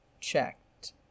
checked